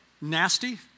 nasty